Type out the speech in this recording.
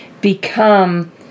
become